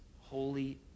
holy